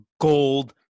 gold